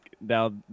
now